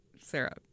Sarah